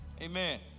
Amen